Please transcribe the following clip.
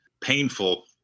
painful